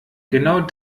genau